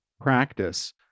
practice